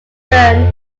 dern